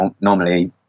normally